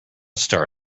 star